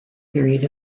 period